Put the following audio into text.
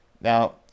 Now